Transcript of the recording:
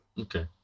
Okay